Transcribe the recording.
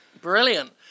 Brilliant